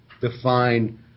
define